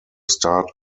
start